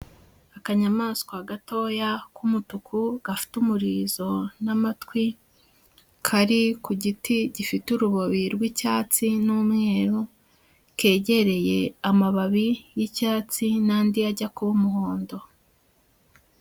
Akanyamaswa gatoya k'umutuku, gafite umurizo n'amatwi, kari ku giti gifite urubobi rw'icyatsi n'umweru, kegereye amababi y'icyatsi n'andi ajya kuba umuhondo.